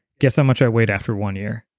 guess how much i weighed after one year?